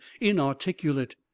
inarticulate